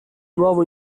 nuovo